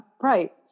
Right